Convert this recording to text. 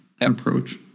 approach